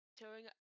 showing